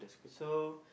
so